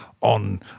on